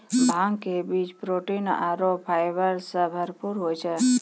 भांग के बीज प्रोटीन आरो फाइबर सॅ भरपूर होय छै